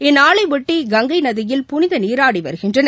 இந்நாளையொட்டி கங்கை நதியில் புனித நீராடி வருகின்றனர்